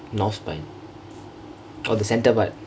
north spine oh the centre part